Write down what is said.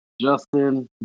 Justin